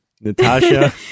Natasha